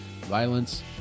violence